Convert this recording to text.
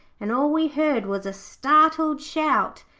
and all we heard was a startled shout,